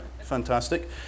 Fantastic